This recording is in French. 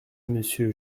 monsieur